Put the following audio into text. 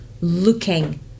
looking